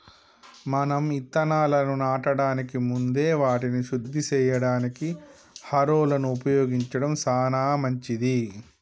మనం ఇత్తనాలను నాటడానికి ముందే వాటిని శుద్ది సేయడానికి హారొలను ఉపయోగించడం సాన మంచిది